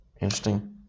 Interesting